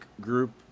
group